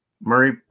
murray